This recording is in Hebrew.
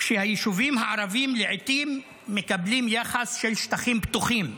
כשהיישובים הערביים לעיתים מקבלים יחס של שטחים פתוחים.